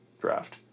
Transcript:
draft